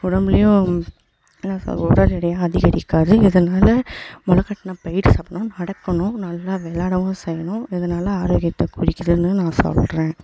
உடம்புலையும் என்ன சொல்ல உடல் எடையை அதிகரிக்காது இதனாலே மொளை கட்டின பயிறு சாப்பிடணும் நடக்கணும் நல்லா விளாடவும் செய்யணும் இது நல்ல ஆரோக்கியத்தை குறிக்குதுனு நான் சொல்கிறேன்